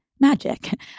magic